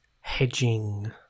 Hedging